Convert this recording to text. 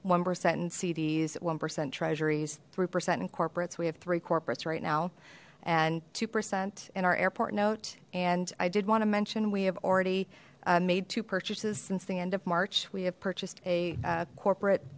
one percent in cds one percent treasuries three percent in corporates we have three corporates right now and two percent in our airport note and i did want to mention we have already made two purchases since the end of march we have purchased a corporate